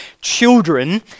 children